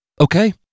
Okay